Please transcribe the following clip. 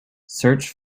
search